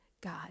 God